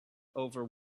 over